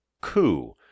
Coup